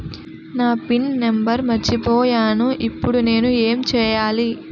నా pin number మర్చిపోయాను ఇప్పుడు నేను ఎంచేయాలి?